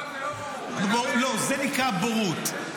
לא, זו לא בורות.